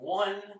one